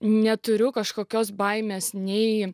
neturiu kažkokios baimės nei